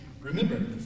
Remember